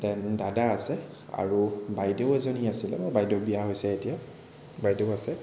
then দাদা আছে আৰু বাইদেউ এজনী আছিল বাইদেউ বিয়া হৈছে এতিয়া বাইদেউ আছে